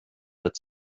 that